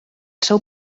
seu